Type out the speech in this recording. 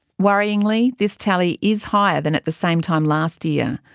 worryingly, this tally is higher than at the same time last year.